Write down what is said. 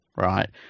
right